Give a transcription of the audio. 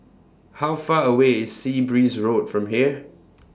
How Far away IS Sea Breeze Road from here